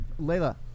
Layla